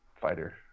fighter